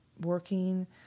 working